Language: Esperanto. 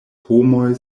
homoj